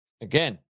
again